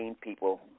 people